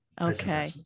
Okay